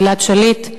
גלעד שליט.